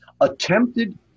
attempted